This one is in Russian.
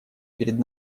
перед